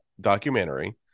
documentary